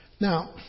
Now